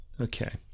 Okay